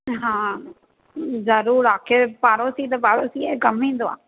हा ज़रूरु आख़िर पाड़ोसी त पाड़ोसीअ जे कमु ईंदो आहे